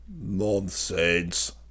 Nonsense